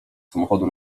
samochodu